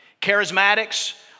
Charismatics